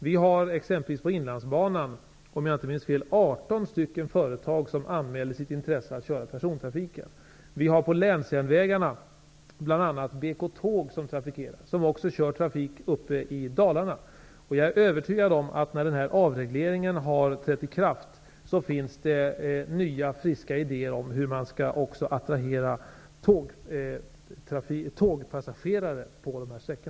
Det var exempelvis 18 företag, om jag inte minns fel, som anmälde sitt intresse att köra persontrafik på Inlandsbanan. När det gäller länsjärnvägarna trafikerar bl.a. BK-tåg, som också kör trafik uppe i Dalarna. Jag är övertygad om att när denna avreglering har trätt i kraft, finns det nya friska idéer om hur man också skall attrahera tågpassagerare på dessa sträckor.